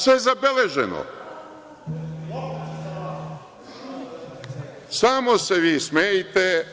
Sve je zabeleženo, samo se vi smejte.